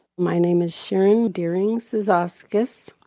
my name is shareen dearing sezoskis.